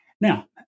Now